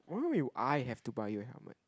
why do I have to buy you a helmet